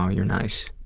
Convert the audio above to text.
ah you're nice.